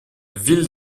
ville